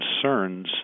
concerns